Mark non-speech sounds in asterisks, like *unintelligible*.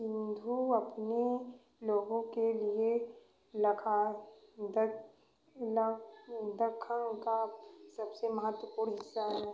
सिन्धु अपने लोगों के लिए *unintelligible* का सबसे महत्वपूर्ण हिस्सा है